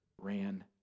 ran